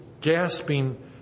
gasping